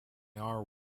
are